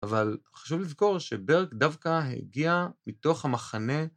אבל חשוב לזכור שברק דווקא הגיע מתוך המחנה